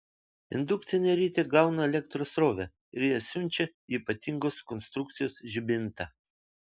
indukcinė ritė gauna elektros srovę ir ją siunčia į ypatingos konstrukcijos žibintą